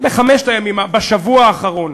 בחמשת הימים, בשבוע האחרון,